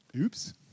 Oops